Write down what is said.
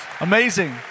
Amazing